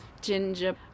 ginger